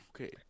Okay